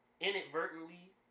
inadvertently